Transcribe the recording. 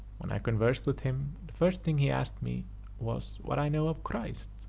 when i conversed with him, the first thing he asked me was, what i knew of christ?